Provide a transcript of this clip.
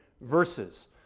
verses